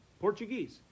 Portuguese